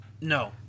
no